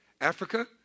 Africa